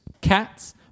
cats